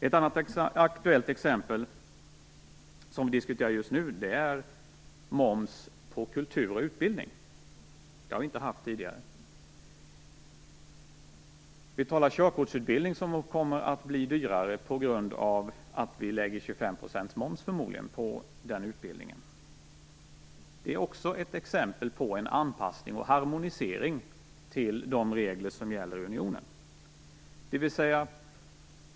Ytterligare ett aktuellt exempel som diskuteras just nu är moms på kultur och utbildning. Det har vi inte haft tidigare. Det talas om körkortsutbildningen som kommer att bli dyrare på grund av att vi förmodligen kommer att lägga 25 % moms på den utbildningen. Det är också ett exempel på en anpassning och harmonisering till de regler som gäller i unionen.